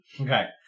Okay